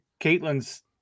Caitlin's